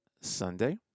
Sunday